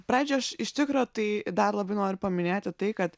pradžioj aš iš tikro tai dar labai noriu paminėti tai kad